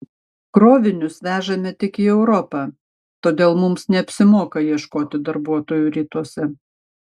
krovinius vežame tik į europą todėl mums neapsimoka ieškoti darbuotojų rytuose